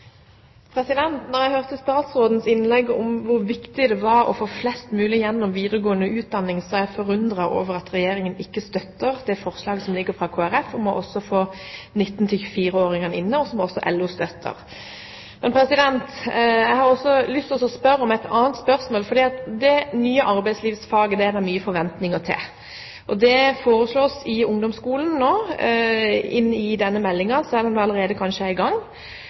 jeg hørte statsrådens innlegg om hvor viktig det var å få flest mulig gjennom videregående utdanning, må jeg si jeg er forundret over at Regjeringen ikke støtter det forslaget som ligger fra Kristelig Folkeparti, om også å få 19–24 åringer inn der, og som også LO støtter. Men jeg har også lyst til å stille et annet spørsmål. Det nye arbeidslivsfaget er det mange forventninger til, og det foreslås nå for ungdomsskolen i denne meldingen, selv om det allerede kanskje er i gang.